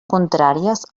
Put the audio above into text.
contràries